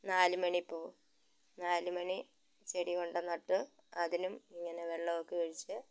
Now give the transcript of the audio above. നാലുമണി പൂവ് നാലുമണി ചെടി കൊണ്ട് നട്ട് അതിനും ഇങ്ങനെ വെള്ളമൊക്കെ ഒഴിച്ച്